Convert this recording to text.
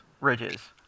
ridges